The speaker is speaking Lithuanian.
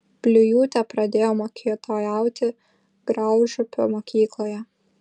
bliujūtė pradėjo mokytojauti graužupio mokykloje